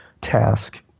task